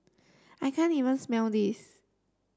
I can't even smell this